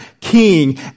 King